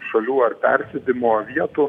šalių ar persėdimo vietų